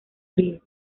río